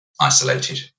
isolated